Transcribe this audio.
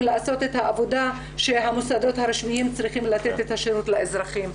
לעשות את העבודה כשהמוסדות הרשמיים צריכים לתת את השירות לאזרחים.